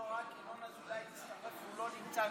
ינון אזולאי לא נמצא,